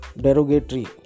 Derogatory